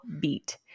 beat